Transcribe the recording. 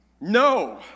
No